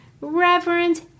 Reverend